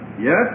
Yes